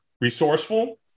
resourceful